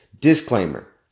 Disclaimer